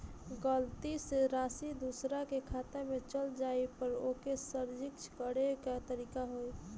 गलती से राशि दूसर के खाता में चल जइला पर ओके सहीक्ष करे के का तरीका होई?